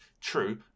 True